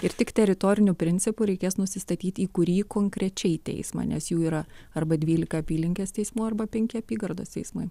ir tik teritoriniu principu reikės nusistatyti į kurį konkrečiai teismą nes jų yra arba dvylika apylinkės teismų arba penki apygardos teismai